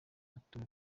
arthur